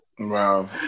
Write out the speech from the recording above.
Wow